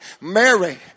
Mary